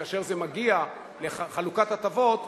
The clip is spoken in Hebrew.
כאשר זה מגיע לחלוקת הטבות,